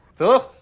the